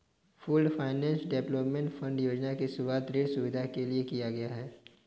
pooled finance development fund योजना की शुरूआत ऋण सुविधा के लिए किया गया है